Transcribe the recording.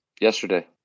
yesterday